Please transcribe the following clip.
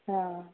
हां